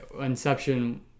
Inception